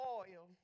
oil